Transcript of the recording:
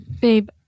babe